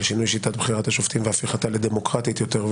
שינוי שיטת בחירת השופטים והפיכתה לדמוקרטית יותר,